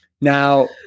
Now